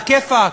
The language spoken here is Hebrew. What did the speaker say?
עלא כיפאק,